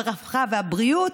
הרווחה והבריאות,